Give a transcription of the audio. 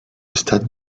stade